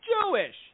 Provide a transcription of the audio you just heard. Jewish